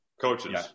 coaches